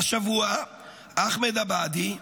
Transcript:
והשבוע אחמד עבאדי,